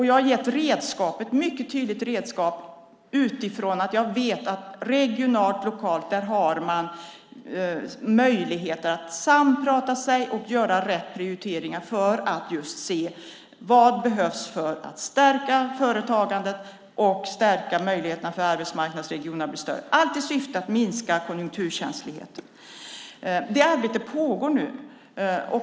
Jag har gett ett mycket tydligt redskap då jag vet att man regionalt och lokalt har möjligheter att prata ihop sig och göra rätt prioriteringar just för att stärka företagandet och möjligheterna för arbetsmarknadsregionerna att bli större, allt i syfte att minska konjunkturkänsligheten. Det arbetet pågår nu.